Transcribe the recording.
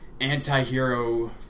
anti-hero